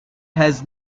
has